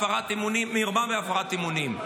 מרמה והפרת אמונים.